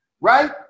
right